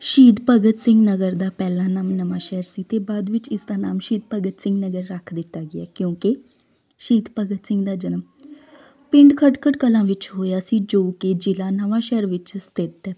ਸ਼ਹੀਦ ਭਗਤ ਸਿੰਘ ਨਗਰ ਦਾ ਪਹਿਲਾ ਨਾਮ ਨਵਾਂਸ਼ਹਿਰ ਸੀ ਅਤੇ ਬਾਅਦ ਵਿੱਚ ਇਸ ਦਾ ਨਾਮ ਸ਼ਹੀਦ ਭਗਤ ਸਿੰਘ ਨਗਰ ਰੱਖ ਦਿੱਤਾ ਗਿਆ ਕਿਉਂਕਿ ਸ਼ਹੀਦ ਭਗਤ ਸਿੰਘ ਦਾ ਜਨਮ ਪਿੰਡ ਖਟਕੜ ਕਲਾਂ ਵਿੱਚ ਹੋਇਆ ਸੀ ਜੋ ਕਿ ਜ਼ਿਲ੍ਹਾ ਨਵਾਂਸ਼ਹਿਰ ਵਿੱਚ ਸਥਿਤ ਹੈ